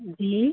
जी